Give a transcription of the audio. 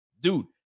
Dude